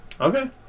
Okay